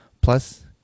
Plus